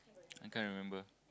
I can't remember